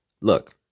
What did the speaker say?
Look